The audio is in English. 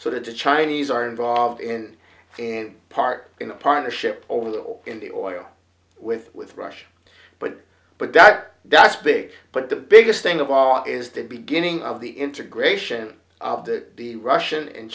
of the chinese are involved in in part in a partnership over the oil in the oil with with russia but but that that's big but the biggest thing of all is the beginning of the integration of the the russian and